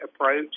approach